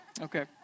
Okay